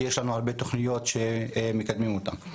כי יש לנו הרבה תוכניות שמקדמים אותם.